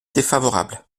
défavorable